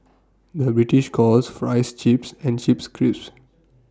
the British calls Fries Chips and Chips Crisps